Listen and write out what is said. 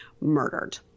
murdered